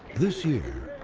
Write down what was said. this year,